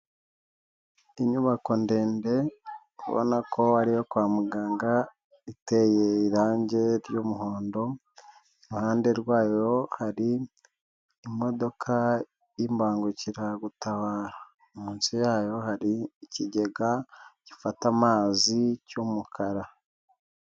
Inyubako ndende ubona ko ariyo kwa muganga iteye irange ry'umuhondo, ku ruhande rwayo hari imodoka y'ibangukiragutabara. Munsi yayo hari ikigega gifata amazi cy'umukara.